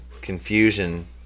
confusion